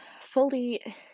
fully